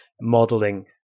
modeling